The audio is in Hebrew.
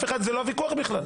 זה לא הוויכוח בכלל.